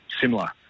similar